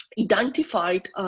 identified